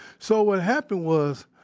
so what happened was,